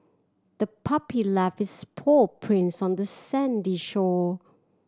the puppy left its paw prints on the sandy shore